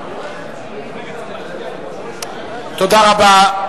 תודה רבה.